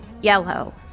yellow